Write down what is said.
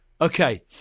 Okay